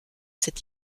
cette